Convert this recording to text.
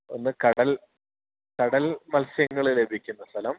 ഒന്ന് കടൽ കടൽ മത്സ്യങ്ങൾ ലഭിക്കുന്ന സ്ഥലം